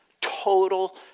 total